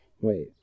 wait